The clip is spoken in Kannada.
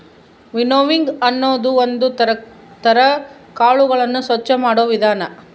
ವಿನ್ನೋವಿಂಗ್ ಅನ್ನೋದು ಒಂದ್ ತರ ಕಾಳುಗಳನ್ನು ಸ್ವಚ್ಚ ಮಾಡೋ ವಿಧಾನ